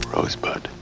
Rosebud